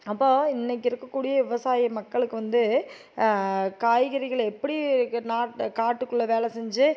அப்போ இன்றைக்கு இருக்கக்கூடிய விவசாய மக்களுக்கு வந்து காய்கறிகள் எப்படி நாட்டு காட்டுக்குள்ளே வேலை செஞ்சு